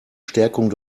stärkung